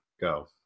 go